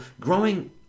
growing